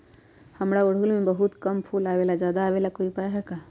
हमारा ओरहुल में बहुत कम फूल आवेला ज्यादा वाले के कोइ उपाय हैं?